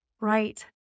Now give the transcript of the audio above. right